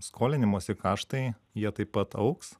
skolinimosi kaštai jie taip pat augs